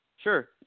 Sure